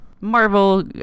Marvel